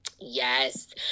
Yes